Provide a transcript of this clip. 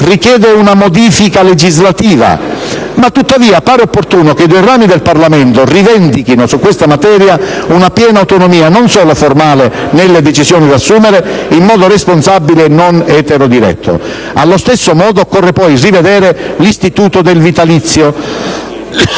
richiede una modifica legislativa; tuttavia, appare opportuno che i due rami del Parlamento rivendichino su questa materia una piena autonomia, non solo formale, nelle decisioni da assumere in modo responsabile e non eterodiretto. Allo stesso modo occorre poi rivedere l'istituto del vitalizio